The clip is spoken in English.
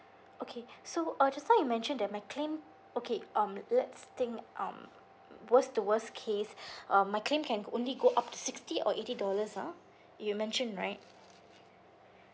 okay so uh just now you mention that my claim okay um let's think um worst to worst case um my claim can only go up to sixty or eighty dollars ah you mentioned right